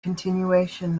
continuation